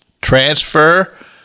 transfer